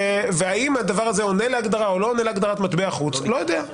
האם הדבר הזה עונה להגדרת או לא עונה להגדרת מטבע חוץ לא יודע.